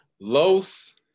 los